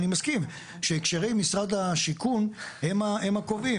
אני מסכים שהקשרי משרד השיכון הם הקובעים.